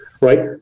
right